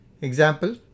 example